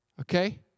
okay